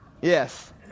yes